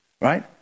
Right